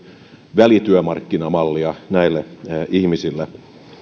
välityömarkkinamallia näille ihmisille